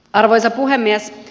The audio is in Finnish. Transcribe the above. arvoisa puhemies